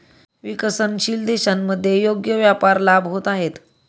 विकसनशील देशांमध्ये योग्य व्यापार लाभ होत आहेत